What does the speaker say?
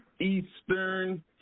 Eastern